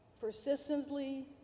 persistently